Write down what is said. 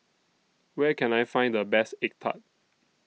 Where Can I Find The Best Egg Tart